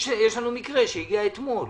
יש לנו מקרה שהגיע אתמול.